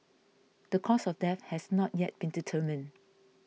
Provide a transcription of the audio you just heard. the cause of death has not yet been determined